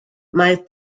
mae